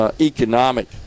economic